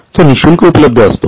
तो निःशुल्क उपलब्ध असतो